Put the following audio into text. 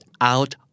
out